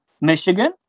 Michigan